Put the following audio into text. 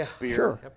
beer